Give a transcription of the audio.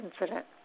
incident